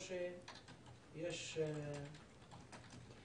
או שיש גישות שונות?